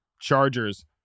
Chargers